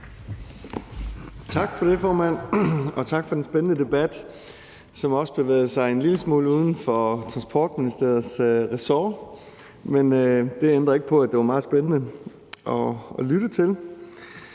Tak for det, formand. Og tak for den spændende debat, som også bevægede sig en lille smule uden for Transportministeriets ressort, men det ændrer ikke på, at det var meget spændende at lytte til.